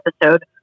episode